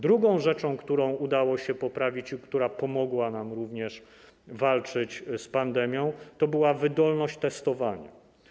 Drugą rzeczą, którą udało się poprawić i która pomogła nam również walczyć z pandemią, to była wydolność testowania.